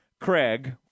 Craig